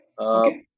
Okay